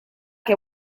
que